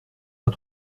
pas